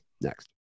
next